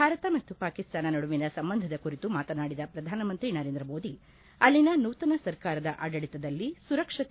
ಭಾರತ ಮತ್ತು ಪಾಕಿಸ್ತಾನ ನಡುವಿನ ಸಂಬಂಧದ ಕುರಿತು ಮಾತನಾಡಿದ ಪ್ರಧಾನಮಂತ್ರಿ ನರೇಂದ್ರ ಮೋದಿ ಅಲ್ಲಿನ ನೂತನ ಸರಕಾರದ ಆಡಳಿತದಲ್ಲಿ ಸುರಕ್ಷತೆ